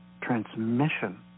transmission